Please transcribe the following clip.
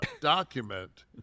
document